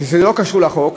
זה לא קשור לחוק,